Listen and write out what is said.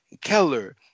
Keller